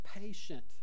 patient